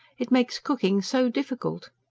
it makes cooking so difficult.